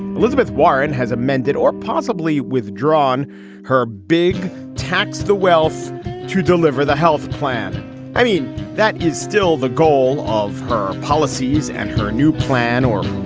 elizabeth warren has amended or possibly withdrawn her big tax the wealth to deliver the health plan i mean that is still the goal of her policies and her new plan or